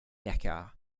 neckar